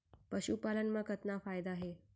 पशुपालन मा कतना फायदा हे?